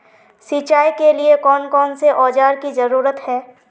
सिंचाई के लिए कौन कौन से औजार की जरूरत है?